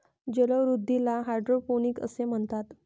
जलवृद्धीला हायड्रोपोनिक्स असे म्हणतात